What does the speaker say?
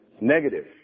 negative